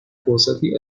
فرصتی